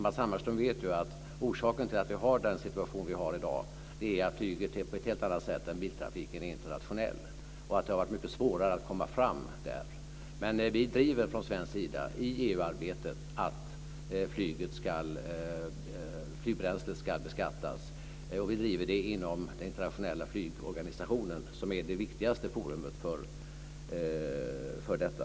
Matz Hammarström vet ju att orsaken till att vi har den situation vi har i dag är att flyget på ett helt annat sätt än biltrafiken är internationellt. Det har varit mycket svårare att komma fram där. Men vi driver från svensk sida i EU-arbetet att flygbränslet ska beskattas. Vi driver det också inom den internationella flygorganisationen, som är det viktigaste forumet för detta.